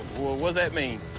what's that mean?